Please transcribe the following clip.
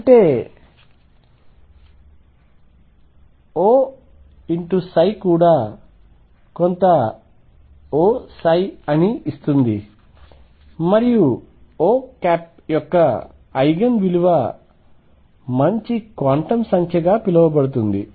అంటే O ψ కూడా కొంత O ψ అని ఇస్తుంది మరియు O యొక్క ఐగెన్ విలువ మంచి క్వాంటం సంఖ్యగా పిలువబడుతుంది